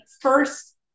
first